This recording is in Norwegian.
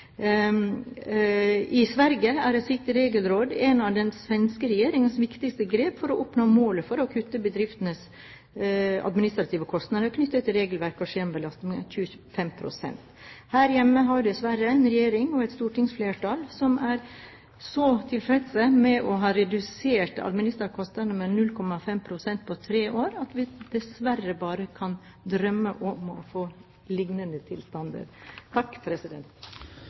I Sverige er et slikt regelråd en av den svenske regjeringens viktigste grep for å oppnå målet om å kutte bedriftenes administrative kostnader knyttet til regelverk og skjemabelastning med 25 pst. Her hjemme har vi dessverre en regjering og et stortingsflertall som er så tilfredse med å ha redusert de administrative kostnadene med 0,5 pst. på tre år, at vi dessverre bare kan drømme om å få lignende